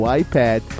iPad